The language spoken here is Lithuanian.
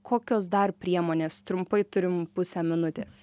kokios dar priemonės trumpai turim pusę minutės